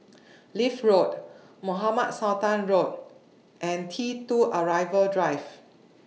Leith Road Mohamed Sultan Road and T two Arrival Drive